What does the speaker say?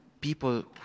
people